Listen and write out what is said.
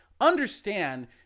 understand